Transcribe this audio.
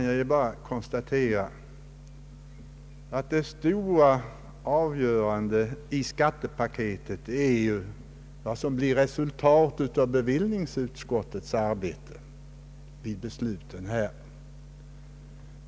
Jag kan konstatera att det stora och avgörande i skattepaketet är det som blir resultatet av bevillningsutskottets arbete vid de beslut som nu kommer att fattas.